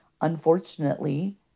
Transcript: Unfortunately